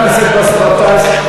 חבר הכנסת באסל גטאס.